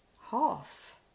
half